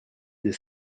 des